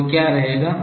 तो क्या रहेगा